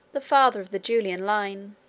the father of the julian line.